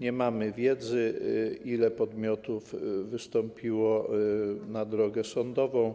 Nie mamy wiedzy, ile podmiotów wystąpiło na drogę sądową